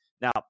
Now